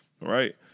right